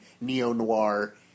neo-noir